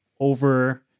over